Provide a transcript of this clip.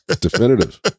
Definitive